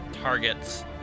targets